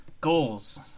goals